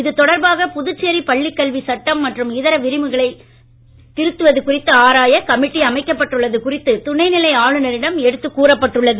இது தொடர்பாக புதுச்சேரி பள்ளிக் கல்வி சட்டம் மற்றும் இதர விதிமுறைகளை திருத்துவது குறித்து ஆராய கமிட்டி அமைக்கப்பட்டுள்ளது குறித்து துணைநிலை ஆளுநரிடம் எடுத்துக் கூறப்பட்டது